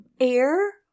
air